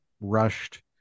rushed